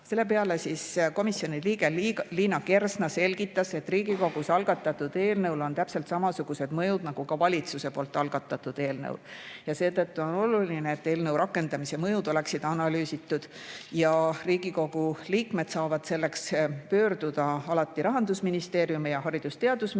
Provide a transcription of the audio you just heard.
Selle peale komisjoni liige Liina Kersna selgitas, et Riigikogus algatatud eelnõul on täpselt samamoodi mõjud nagu ka valitsuse algatatud eelnõul ja seetõttu on oluline, et eelnõu rakendamise mõjud oleksid analüüsitud. Riigikogu liikmed saavad selleks alati pöörduda Rahandusministeeriumi ja Haridus‑ ja Teadusministeeriumi